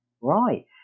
right